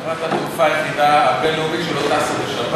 ש"אל על" היא חברת התעופה הבין-לאומית היחידה שלא טסה בשבת.